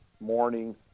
morning